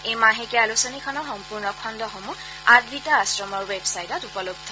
এই মাহেকীয়া আলোচনীখনৰ সম্পূৰ্ণ খণ্ডসমূহ অদভিতা আশ্ৰমৰ ৱেবছাইটত উপলব্ধ